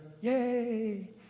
yay